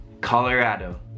Colorado